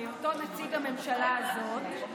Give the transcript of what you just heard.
בהיותו נציג הממשלה 'הזאת',